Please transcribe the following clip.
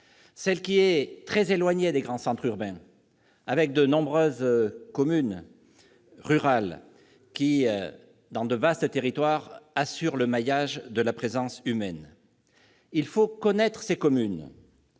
celle qui se trouve très éloignée des grands centres urbains, avec de nombreuses communes rurales qui, dans de vastes territoires, assurent le maillage de la présence humaine. Il faut connaître ces communes